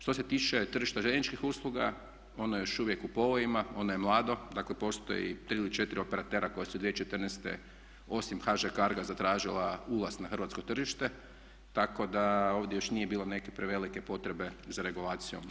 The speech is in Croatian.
Što se tiče tržišta željezničkih usluga ono je još uvijek u povojima, ono je mlado, dakle postoji 3 ili 4 operatera koja su 2014.osim HŽ CARGO-a zatražila ulaz na hrvatsko tržište tako da ovdje još nije bilo neke prevelike potrebe za regulacijom.